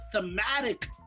thematic